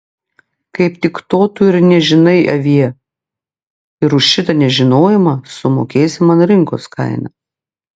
kaip tik to tu ir nežinai avie ir už šitą nežinojimą sumokėsi man rinkos kainą